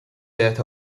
that